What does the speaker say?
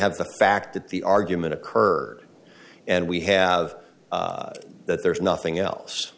have the fact that the argument occurred and we have that there's nothing else